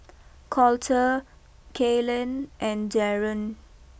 Colter Kaylen and Darren